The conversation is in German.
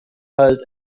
halt